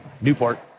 newport